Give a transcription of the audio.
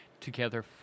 together